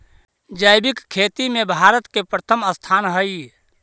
जैविक खेती में भारत के प्रथम स्थान हई